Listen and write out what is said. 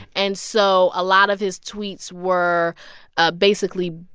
and so a lot of his tweets were ah basically,